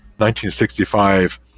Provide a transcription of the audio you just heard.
1965